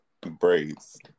braids